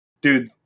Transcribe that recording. dude